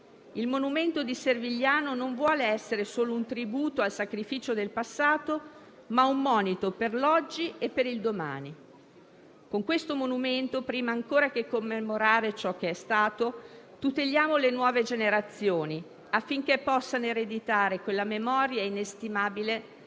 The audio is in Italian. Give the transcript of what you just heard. Il monumento di Servigliano vuole essere non solo un tributo al sacrificio del passato, ma anche un monito per l'oggi e il domani. Con questo monumento, prima ancora che commemorare ciò che è stato, tuteliamo le nuove generazioni affinché possano ereditare quella memoria inestimabile